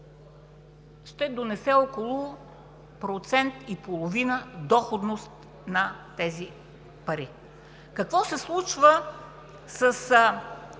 ще донесе около процент и половина доходност на тези пари. Какво се случва с